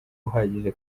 uhagije